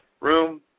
room